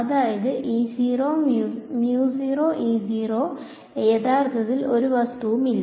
അതായത് യഥാർത്ഥത്തിൽ ഒരു വസ്തുവും ഇല്ല